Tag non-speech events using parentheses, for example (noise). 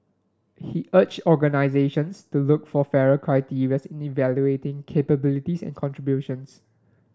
he urged organisations to look for fairer (unintelligible) in evaluating capabilities and contributions